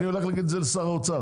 אני הולך להגיד את זה לשר האוצר,